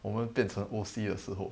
我们变成 O_C 的时候